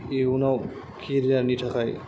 इयुनाव केरियार नि थाखाय